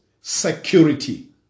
security